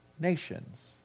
nations